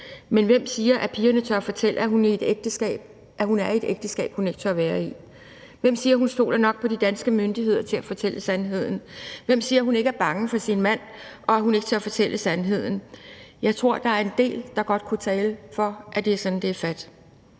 men hvem siger, at en pige tør fortælle, at hun er i et ægteskab, hun ikke tør være i? Hvem siger, at hun stoler nok på de danske myndigheder til at fortælle sandheden? Hvem siger, at hun ikke er bange for sin mand, og at hun tør fortælle sandheden? Jeg tror, der er en del, der godt kunne tale for, at det er sådan, det er fat.